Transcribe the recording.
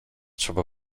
trzeba